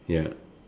ya